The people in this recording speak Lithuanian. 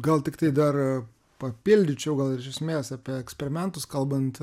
gal tiktai dar papildyčiau gal ir iš esmės apie eksperimentus kalbant